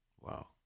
Wow